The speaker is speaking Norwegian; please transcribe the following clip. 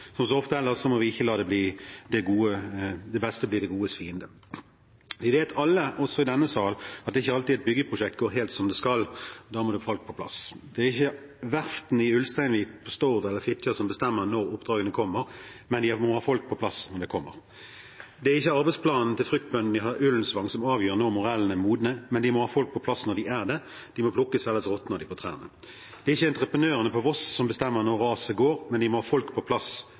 Som så ofte ellers må vi ikke la det beste bli det godes fiende. Vi vet alle – også i denne salen – at det er ikke alltid et byggeprosjekt går helt som det skal, og da må det folk på plass. Det er ikke verftene i Ulsteinvik, på Stord eller i Fitjar som bestemmer når oppdragene kommer, men de må ha folk på plass når de kommer. Det er ikke arbeidsplanen til fruktbøndene i Ullensvang som avgjør når morellene er modne, men de må ha folk på plass når de er det. De må plukkes, ellers råtner de på trærne. Det er ikke entreprenørene på Voss som bestemmer når raset går, men de må ha folk på plass